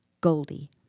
Goldie